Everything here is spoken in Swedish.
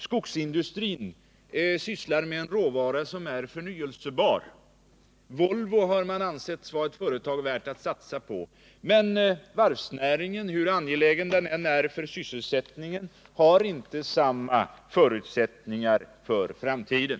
Skogsindustrin sysslar med en råvara som är förnyelsebar. Volvo har ansetts vara ett företag som är värt att satsa på, men varvsnäringen — hur angelägen den än är för sysselsättningen — har inte samma förutsättningar för framtiden.